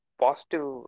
positive